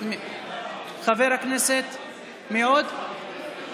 מי עוד?